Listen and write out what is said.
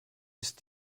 ist